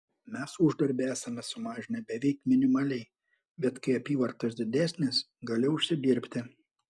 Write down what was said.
mes uždarbį esame sumažinę beveik minimaliai bet kai apyvartos didesnės gali užsidirbti